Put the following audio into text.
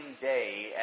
day